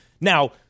Now